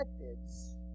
methods